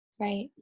right